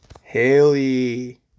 Haley